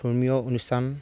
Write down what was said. ধৰ্মীয় অনুষ্ঠান